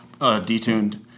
detuned